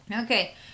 Okay